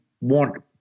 want